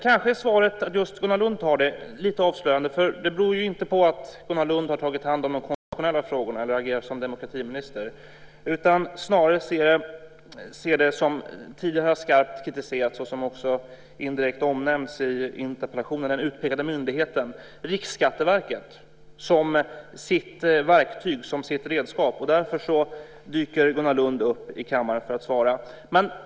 Kanske är det lite avslöjande att Gunnar Lund tog svaret. Det beror inte på att Gunnar Lund har tagit hand om de konstitutionella frågorna eller agerar som demokratiminister. Snarare ser jag, som tidigare skarpt kritiserats och som indirekt omnämns i interpellationen, att den utpekade myndigheten Riksskatteverket är ett verktyg, ett redskap. Därför dyker Gunnar Lund upp i kammaren för att svara.